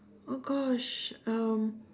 oh gosh um